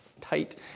tight